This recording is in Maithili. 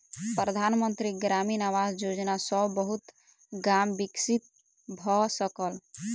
प्रधान मंत्री ग्रामीण आवास योजना सॅ बहुत गाम विकसित भअ सकल